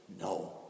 No